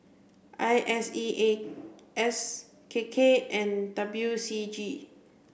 I S E A S K K and W C G